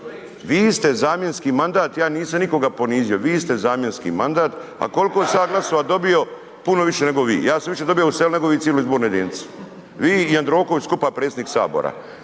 vi ste zamjenski mandat, ja nisam nikoga ponizio, vi ste zamjenski mandat, a koliko sam ja glasova dobio, puno više nego vi, ja sam više dobio u selu nego vi u cijeloj izbornoj jedinici. Vi i Jandroković skupa predsjednik sabora,